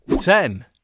Ten